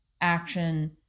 action